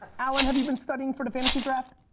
alan, have you been studying for the fantasy draft?